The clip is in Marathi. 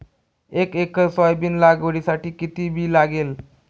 एक एकर सोयाबीन लागवडीसाठी किती बी लागेल?